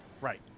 Right